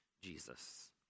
Jesus